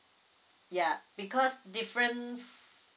ya because different